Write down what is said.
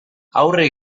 aurre